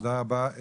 תודה רבה.